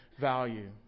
value